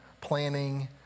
planning